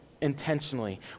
intentionally